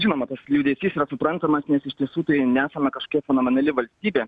žinoma tas liūdesys suprantamas nes iš tiesų tai nesame kažkia fenomenali valstybė